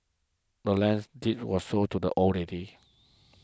the land's deed was sold to the old lady